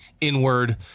inward